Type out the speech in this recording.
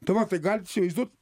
tuomet tai galit įsivaizduot